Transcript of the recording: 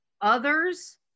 others